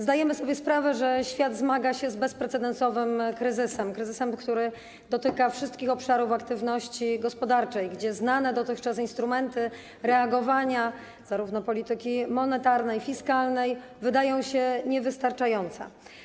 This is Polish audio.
Zdajemy sobie sprawę, że świat zmaga się z bezprecedensowym kryzysem, kryzysem, który dotyka wszystkich obszarów aktywności gospodarczej, gdzie znane dotychczas instrumenty reagowania polityki monetarnej, fiskalnej wydają się niewystarczające.